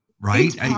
right